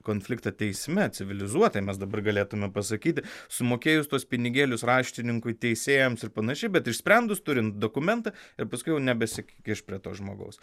konfliktą teisme civilizuotai mes dabar galėtume pasakyti sumokėjus tuos pinigėlius raštininkui teisėjams ir panašiai bet išsprendus turint dokumentą ir paskui jau nebesikiš prie to žmogaus